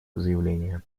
заявление